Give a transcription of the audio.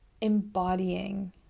embodying